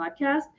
podcast